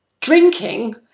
drinking